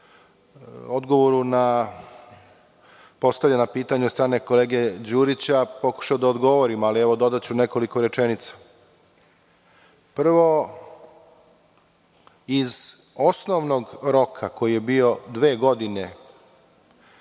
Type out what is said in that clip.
odgovoru na postavljena pitanja od strane kolege Đurića pokušao da odgovorim, ali, evo, dodaću nekoliko rečenica. Prvo, iz osnovnog roka koji je bio dve godine,